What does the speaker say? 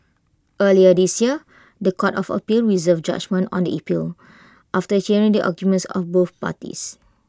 earlier this year The Court of appeal reserved judgement on the appeal after hearing the arguments of both parties